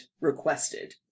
requested